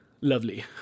lovely